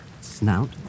Snout